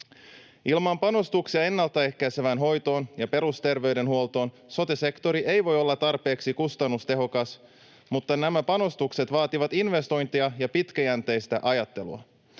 Ilman panostuksia ennaltaehkäisevään hoitoon ja perusterveydenhuoltoon sote-sektori ei voi olla tarpeeksi kustannustehokas. Mutta nämä panostukset vaativat investointeja ja pitkäjänteistä ajattelua.